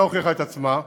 לא הוכיחה את עצמה,